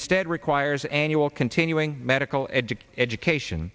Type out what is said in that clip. instead requires annual continuing medical education education